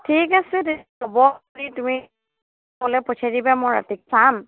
ঠিক আছে তেতিয়া হ'ব তুমি মোলৈ পঠিয়াই দিবা মই ৰাতি চাম